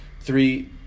three